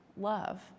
love